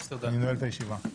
אני נועל את הישיבה.